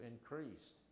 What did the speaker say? increased